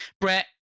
Brett